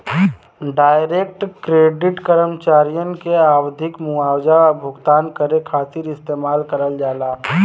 direct credit कर्मचारियन के आवधिक मुआवजा भुगतान करे खातिर इस्तेमाल करल जाला